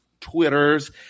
Twitters